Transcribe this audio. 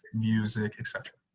music, etc.